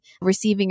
receiving